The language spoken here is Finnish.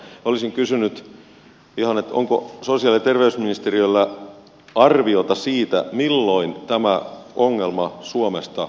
olisin kysynyt ihan että onko sosiaali ja terveysministeriöllä arviota siitä milloin tämä ongelma suomesta poistuu